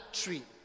tree